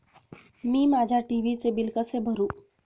मी माझ्या टी.व्ही चे बिल कसे भरू?